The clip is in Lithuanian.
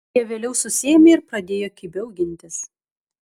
jie vėliau susiėmė ir pradėjo kibiau gintis